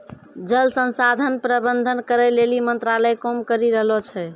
जल संसाधन प्रबंधन करै लेली मंत्रालय काम करी रहलो छै